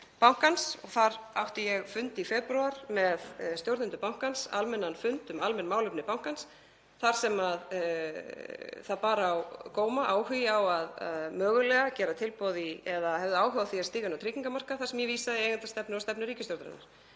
bankans. Ég átti fund í febrúar með stjórnendum bankans, almennan fund um almenn málefni bankans þar sem bar á góma áhugi á að mögulega gera tilboð eða áhugi á því að stíga inn á tryggingamarkað og vísaði ég í eigendastefnu og stefnu ríkisstjórnarinnar.